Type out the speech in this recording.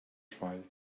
try